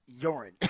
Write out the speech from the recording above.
Urine